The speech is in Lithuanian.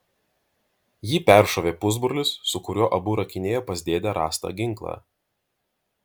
jį peršovė pusbrolis su kuriuo abu rakinėjo pas dėdę rastą ginklą